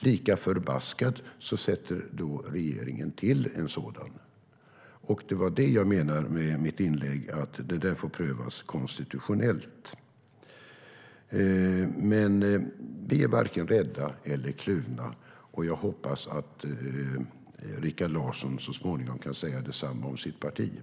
Lik förbaskat tillsätter regeringen en sådan. Det var det jag menade med mitt inlägg; det får prövas konstitutionellt.